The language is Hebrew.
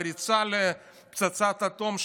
בריצה לפצצת אטום.